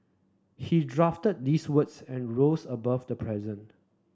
he drafted these words and rose above the present